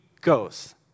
goes